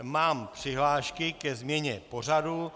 Mám přihlášky ke změně pořadu.